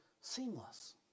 seamless